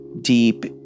deep